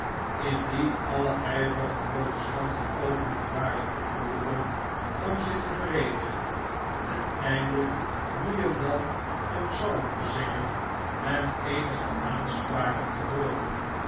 indien alle ijverige protestanten openlijk waren opgeroepen om zich te vereenigen ten einde nu en dan een psalm te zingen en eenige aanspraken te hooren